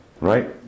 right